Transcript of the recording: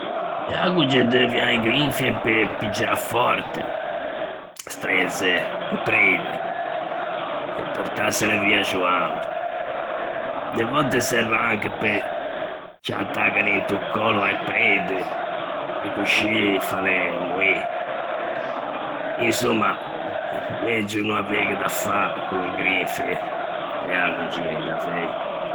E agoge deuvia e grinfie pe piggiâ fòrte, strenze e preide, e portâsele via xoando; de vòtte servan anche pe ciantâghele into còllo a-e preide, e coscì fâle moî; insomma, megio no avieghe da fâ co-e grinfie de agoge, in davei.